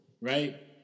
right